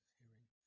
hearing